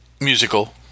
Musical